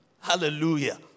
Hallelujah